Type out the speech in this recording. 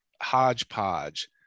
hodgepodge